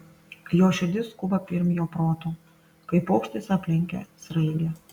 jo širdis skuba pirm jo proto kaip paukštis aplenkia sraigę